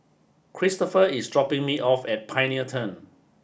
Christoper is dropping me off at Pioneer Turn